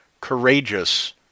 courageous